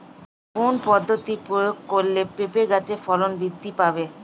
কোন পদ্ধতি প্রয়োগ করলে পেঁপে গাছের ফলন বৃদ্ধি পাবে?